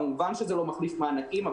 כמובן שזה לא מחליף מענקים,